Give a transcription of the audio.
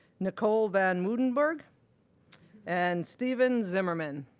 nicole van woudenberg and stephen zimmermann.